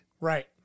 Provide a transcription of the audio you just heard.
Right